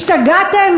השתגעתם?